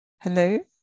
Hello